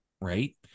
right